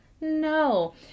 No